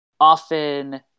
often